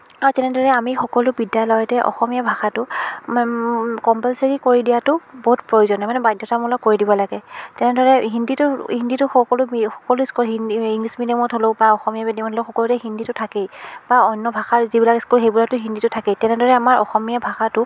আৰু তেনেদৰে আমি সকলো বিদ্যালয়তেই অসমীয়া ভাষাটো কম্পালচৰী কৰি দিয়াটো বহুত প্ৰয়োজনীয় মানে বাধ্যতামূলক কৰি দিব লাগে তেনেদৰে হিন্দীটো হিন্দীটো সকলো বি সকলো স্কুলত হিন্দী ইংলিচ মিডিয়ামত হ'লেও বা অসমীয়া মিডিয়ামত হ'লেও সকলোতে হিন্দীটো থাকেই বা অন্য ভাষাৰ যিবিলাক স্কুল সেইবিলাকতো হিন্দীটো থাকেই তেনেদৰে আমাৰ অসমীয়া ভাষাটো